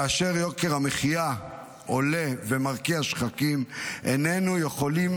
כאשר יוקר המחיה עולה ומרקיע שחקים איננו יכולים